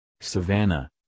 Savannah